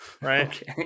Right